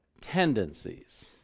tendencies